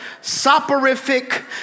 soporific